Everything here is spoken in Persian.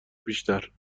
بیشتر